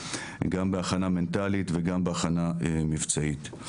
גם בהכנה מנטלית וגם בהכנה מבצעית.